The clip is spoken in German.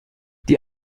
die